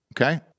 Okay